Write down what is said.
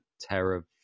terror